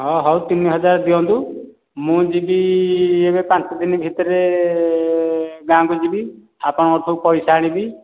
ହଁ ହଉ ତିନି ହଜାର ଦିଅନ୍ତୁ ମୁଁ ଯିବି ଏବେ ପାଞ୍ଚ ଦିନ ଭିତରେ ଗାଁକୁ ଯିବି ଆପଣଙ୍କଠୁ ପଇସା ଆଣିବି